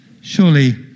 Surely